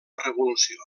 revolució